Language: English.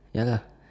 ya lah